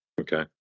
okay